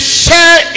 share